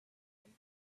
him